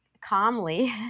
calmly